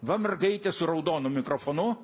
va mergaitė su raudonu mikrofonu